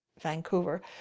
Vancouver